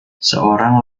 seorang